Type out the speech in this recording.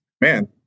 Man